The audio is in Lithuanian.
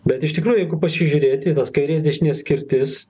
bet iš tikrųjų jeigu pasižiūrėti tas kairės dešinės skirtis